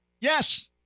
Yes